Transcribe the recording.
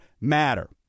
matter